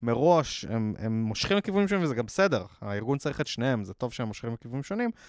מראש, הם מושכים לכיוונים שונים, וזה גם בסדר. הארגון צריך את שניהם, זה טוב שהם מושכים לכיוונים שונים.